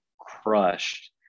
crushed